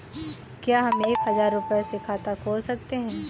क्या हम एक हजार रुपये से खाता खोल सकते हैं?